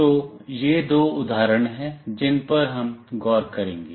तो ये दो उदाहरण हैं जिन पर हम गौर करेंगे